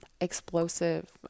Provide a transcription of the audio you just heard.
explosive